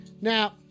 Now